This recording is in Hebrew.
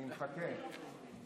אני מחכה.